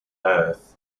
earth